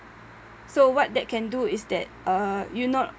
so what that can do is that uh you not